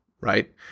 right